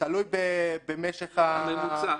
זה תלוי במשך --- הממוצעת.